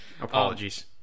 Apologies